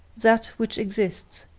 that which exists,